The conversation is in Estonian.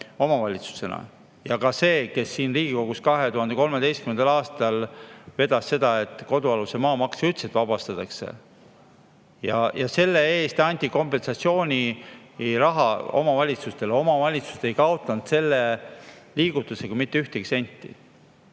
ja ka see, kes siin Riigikogus 2013. aastal vedas seda, et kodualune maa maksust üldse vabastatakse. Ja selle eest anti kompensatsiooniraha omavalitsustele, omavalitsused ei kaotanud selle liigutusega mitte ühtegi senti.